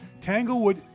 Tanglewood